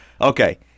okay